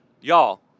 y'all